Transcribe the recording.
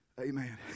Amen